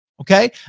Okay